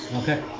Okay